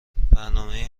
برنامهی